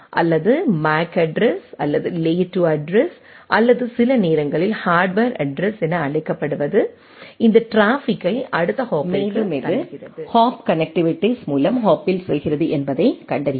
அல்லது MAC address அல்லது layer 2 address அல்லது சில நேரங்களில் ஹார்ட்வர் அட்ரஸ் என அழைக்கப்படுவது இந்த டிராபிக்கை அடுத்த ஹாப்பிற்குத் தள்ளுகிறது மேலும் இது ஹாப் கனெக்ட்டிவிட்டிஸ் மூலம் ஹாப்பில் செல்கிறது என்பதைக் கண்டறியவும்